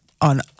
on